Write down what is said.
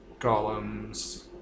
golems